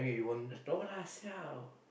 uh no lah siao